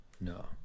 No